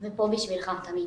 ופה בשבילך תמיד.